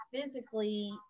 physically